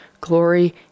glory